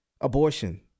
abortion